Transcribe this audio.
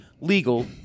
legal